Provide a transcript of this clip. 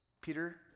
Peter